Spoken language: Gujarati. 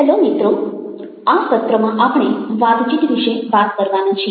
હેલ્લો મિત્રો આ સત્રમાં આપણે વાતચીત વિશે વાત કરવાના છીએ